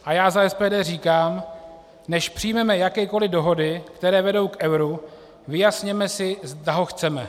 A já za SPD říkám: Než přijmeme jakékoliv dohody, které vedou k euru, vyjasněme si, zda ho chceme.